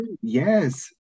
Yes